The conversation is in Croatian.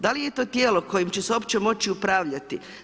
Da li je to tijelo kojim će se uopće moći upravljati?